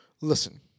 Listen